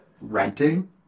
renting